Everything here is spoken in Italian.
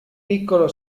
piccolo